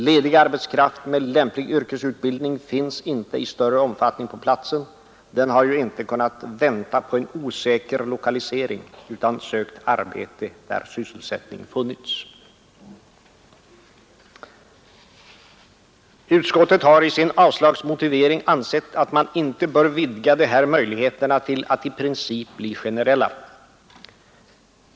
Ledig arbetskraft med lämplig yrkesutbildning finns inte i större omfattning på platsen; den har ju inte kunnat vänta på en osäker lokalisering utan sökt arbete där sysselsättning funnits. Utskottet har i sin avslagsmotivering ansett att man inte bör vidga de här möjligheterna till att i princip bli generella.